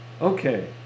Okay